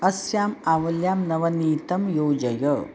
अस्याम् आवल्यां नवनीतं योजय